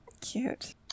Cute